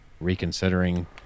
reconsidering